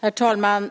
Herr talman!